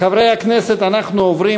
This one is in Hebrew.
חברי הכנסת, אנחנו עוברים